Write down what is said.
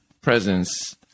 presence